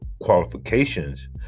qualifications